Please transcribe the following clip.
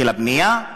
של הבנייה,